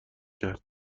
کرد